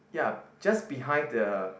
ya just behind the